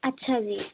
ਅੱਛਾ ਜੀ